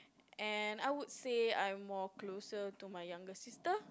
and I would say I'm more closer to my younger sister